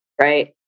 right